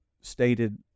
stated